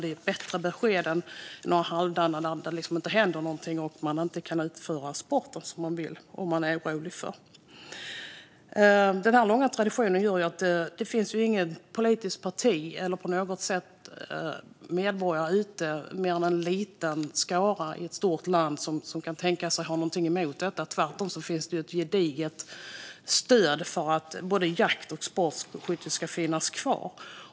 Det är ett bättre besked än några halvdana där det inte händer något och man inte kan utöva den sport man vill utöva och är orolig för. Denna långa tradition gör att det inte finns något politiskt parti eller några medborgare, mer än en liten skara i ett stort land, som kan tänkas ha något emot detta. Tvärtom finns det ett gediget stöd för att både jakt och sportskytte ska finnas kvar.